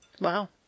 Wow